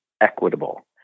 equitable